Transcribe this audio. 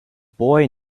boy